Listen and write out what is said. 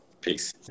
peace